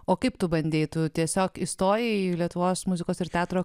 o kaip tu bandei tu tiesiog įstojai į lietuvos muzikos ir teatro